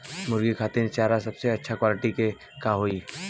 मुर्गी खातिर चारा सबसे अच्छा क्वालिटी के का होई?